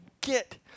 get